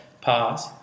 pause